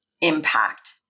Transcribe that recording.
impact